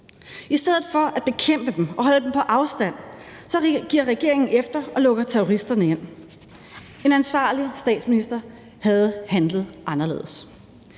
I stedet for at bekæmpe dem og holde dem på afstand giver regeringen efter og lukker terroristerne ind. En ansvarlig statsminister havde handlet anderledes.